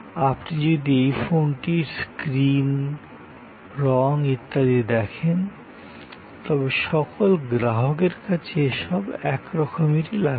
আপনি যদি এই ফোনটির স্ক্রিন রঙ ইত্যাদি দেখেন তবে সকল গ্রাহকের কাছে এ সব একরকমের লাগবে